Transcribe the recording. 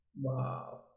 Wow